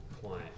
client